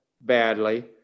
badly